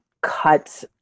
cut